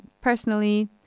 personally